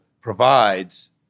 provides